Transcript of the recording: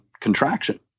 contraction